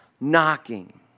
knocking